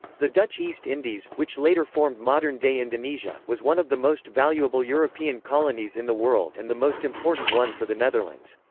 the dutch east indies, which later formed modern-day indonesia, was one of the most valuable european colonies in the world and the most important one for the netherlands.